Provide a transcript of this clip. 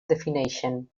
defineixen